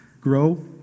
grow